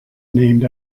named